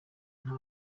nta